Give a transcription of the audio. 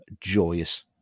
joyous